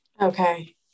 Okay